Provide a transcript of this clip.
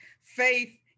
faith